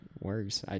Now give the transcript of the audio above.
works